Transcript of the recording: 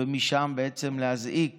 ומשם בעצם להזעיק